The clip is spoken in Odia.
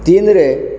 ତିନିରେ